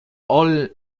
all